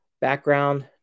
background